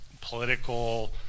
political